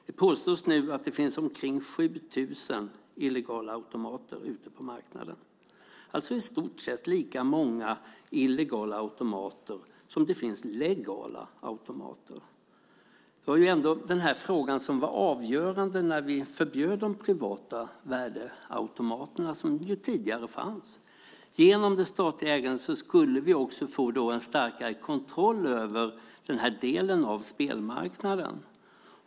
Det påstås att det nu finns omkring 7 000 illegala automater ute på marknaden, alltså i stort sett lika många illegala automater som legala automater. Ändå var det den här frågan som var avgörande när vi förbjöd de privata värdeautomaterna som fanns tidigare. Genom det statliga ägandet skulle vi få en starkare kontroll över den här delen av spelmarknaden.